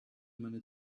meine